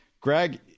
Greg